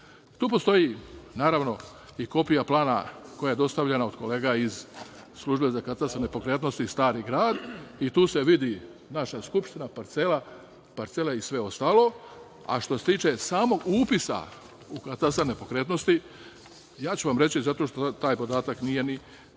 postoji i kopija plana koja je dostavljena od kolega iz Službe za katastar nepokretnosti Stari Grad i tu se vidi naša Skupština, parcela i sve ostalo, a što se tiče samog upisa u Katastar nepokretnosti, ja ću vam reći zato što taj podatak nije